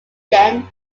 then